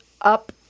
up